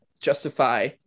justify